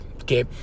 okay